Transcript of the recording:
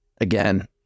again